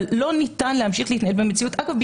לא ניתן להמשיך להתנהל במציאות אגב,